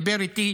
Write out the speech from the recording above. דיבר איתי